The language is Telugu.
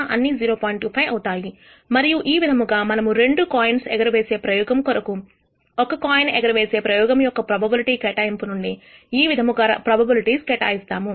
25 అవుతాయి మరియు ఈ విధముగా మనము రెండు కాయిన్స్ ఎగరవేసే ప్రయోగం కొరకు ఒక కాయిన్ ఎగరవేసే ప్రయోగము యొక్క ప్రొబబిలిటీ కేటాయింపు నుండి ఈ విధముగా ప్రొబబిలిటీస్ కేటాయిస్తాము